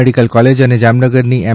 medical college અને જામનગરની એમ